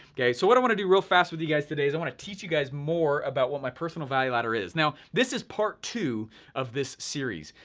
okay, so what i wanna do real fast with you guys today is i wanna teach you guys more about what my personal value ladder is. now, this is part two of this series.